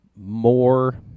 more